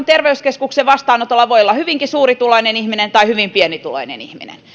terveyskeskuksen vastaanotolla voi olla hyvinkin suurituloinen ihminen tai hyvin pienituloinen ihminen